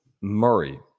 Murray